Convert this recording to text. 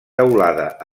teulada